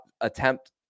attempt